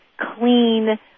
clean